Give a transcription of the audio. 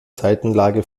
seitenlage